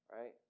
right